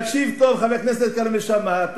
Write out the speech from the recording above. תקשיב טוב, חבר הכנסת כרמל שאמה.